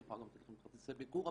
אני יכולה גם לתת לכם כרטיסי ביקור,